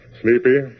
Sleepy